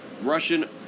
Russian